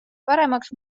paremaks